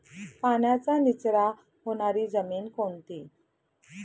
पाण्याचा निचरा होणारी जमीन कोणती?